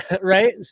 Right